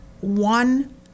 one